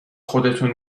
خودتون